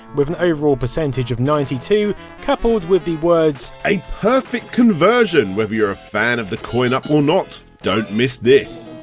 with an overall percentage of ninety two percent coupled with the words a perfect conversion. whether you're a fan of the coin-op or not, don't miss this